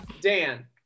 Dan